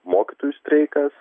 mokytojų streikas